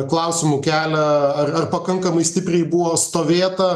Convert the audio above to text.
klausimų kelia ar ar pakankamai stipriai buvo stovėta